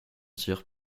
tir